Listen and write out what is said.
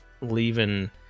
leaving